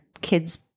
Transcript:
kid's